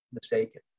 mistaken